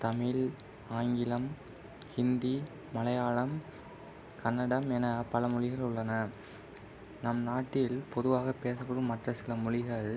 தமிழ் ஆங்கிலம் ஹிந்தி மலையாளம் கன்னடம் என பல மொழிகள் உள்ளன நம் நாட்டில் பொதுவாக பேசப்படும் மற்ற சில மொழிகள்